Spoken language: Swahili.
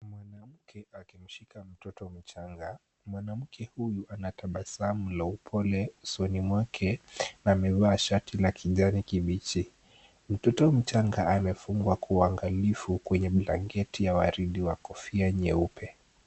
Mwanamke akimshika mtoto mchanga, mwanamke huyu ana tabasamu la upole usoni mwake na amevaa shati la kijani kibichi. Mtoto mchanga amefungwa kwa uangalifu kwenye blanketi ya waridi wa kofia nyeupe.